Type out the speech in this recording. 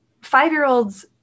five-year-old's